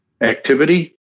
activity